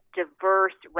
diverse